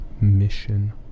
mission